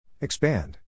Expand